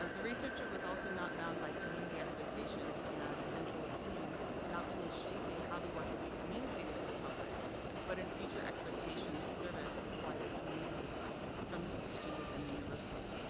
the researcher was also not bound by community expectations and eventual opinion not only shaping how the work would be communicated to the public but in future expectations of service to the whiter community from the position within the university.